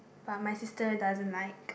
but my sister doesn't like